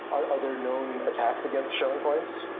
are are there known attacks against shilling coins,